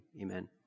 Amen